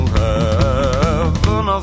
heaven